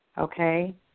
okay